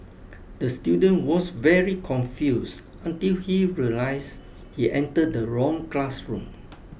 the student was very confused until he realised he entered the wrong classroom